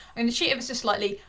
and cheat ever so slightly.